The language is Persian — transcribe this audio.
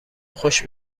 خوش